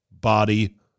body